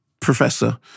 professor